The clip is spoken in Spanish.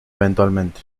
eventualmente